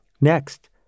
Next